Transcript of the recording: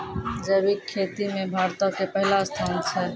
जैविक खेती मे भारतो के पहिला स्थान छै